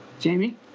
Jamie